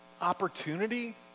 opportunity